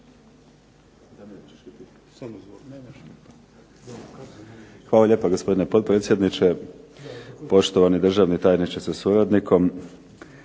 Hvala lijepo gospodine potpredsjedniče. Poštovani državni tajniče sa suradnikom.